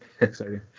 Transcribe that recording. Exciting